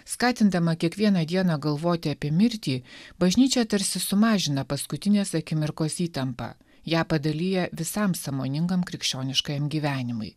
skatindama kiekvieną dieną galvoti apie mirtį bažnyčia tarsi sumažina paskutinės akimirkos įtampą ją padalija visam sąmoningam krikščioniškajam gyvenimui